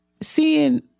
seeing